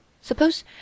Suppose